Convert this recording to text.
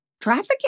Trafficking